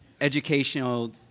Educational